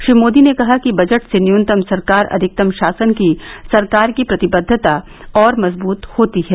श्री मोदी ने कहा कि बजट से न्यूनतम सरकार अधिकतम शासन की सरकार की प्रतिबद्धता और मजबूत होती है